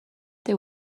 they